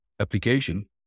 application